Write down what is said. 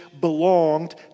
belonged